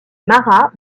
marat